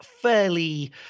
Fairly